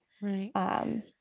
Right